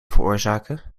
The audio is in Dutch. veroorzaken